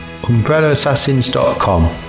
UmbrellaAssassins.com